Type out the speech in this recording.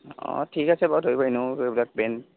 অঁ অঁ ঠিক আছে বাৰু ধৰিব এনেও এইবিলাক ব্ৰেণ্ড